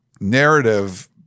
narrative